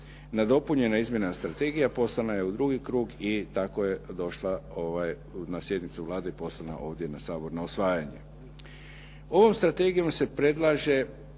Nadopunjena je izmjena strategije poslana je u drugi krug i tako je došla na sjednicu Vlade i poslana ovdje na Sabor na usvajanje. Ovom strategijom se predlaže